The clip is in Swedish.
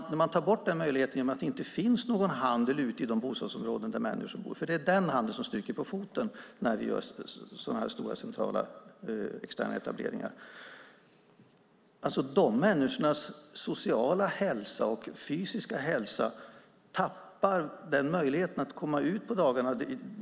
När man tar bort den möjligheten, genom att det inte finns någon handel ute i de bostadsområden där människor bor, för det är den handeln som stryker på foten när vi gör sådana här stora externetableringar, tappar de människorna den sociala och fysiska hälsa det ger att komma ut på dagarna.